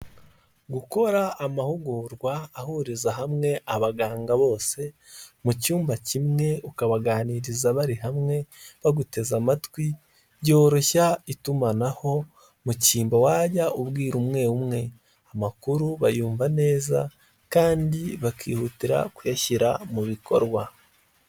Gukora amahugurwa ahuriza hamwe abaganga bose mu cyumba kimwe ukabaganiriza bari hamwe baguteze amatwi byoroshya itumanaho mu cyimbo wajya ubwira umwe umwe, amakuru bayumva neza kandi bakihutira kuyashyira mu bikorwa.